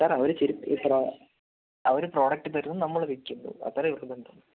sir ഒരു ചെരുപ്പ് എത്ര അവർ പ്രോഡക്റ്റ് തരുന്നു നമ്മൾ വിൽക്കുന്നു അത്രേ ഉള്ളു ബന്ധം